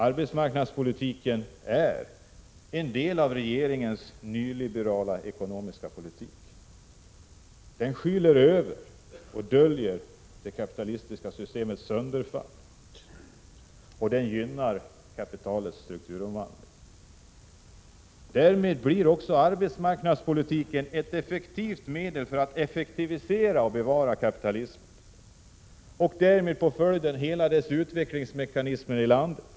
Arbetsmarknadspolitiken är en del av regeringens nyliberala ekonomiska politik. Den döljer det kapitalistiska systemets sönderfall, och den gynnar kapitalets strukturomvandling. Därmed blir också arbetsmarknadspolitiken ett verksamt medel för att effektivisera och bevara kapitalismen, med följder för hela utvecklingsmekanismen i landet.